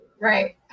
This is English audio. right